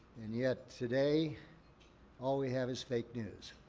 and yet, today all we have is fake news.